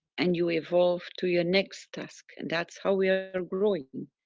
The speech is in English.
and you evolve to your next task, and that's how we are are growing.